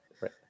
right